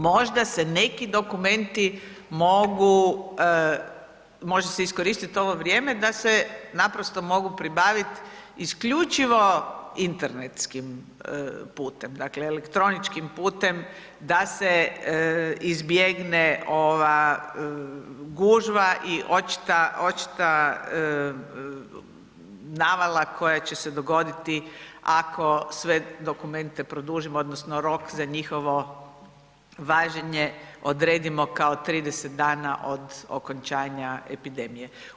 Možda se neki dokumenti mogu, može se iskoristiti ovo vrijeme da se naprosto mogu pribaviti isključivo internetskim putem, dakle elektroničkim putem da se izbjegne ova gužva i očita navala koja će se dogoditi, ako sve dokumente produžimo odnosno rok za njihovo važenje odredimo kao 30 dana od okončanja epidemije.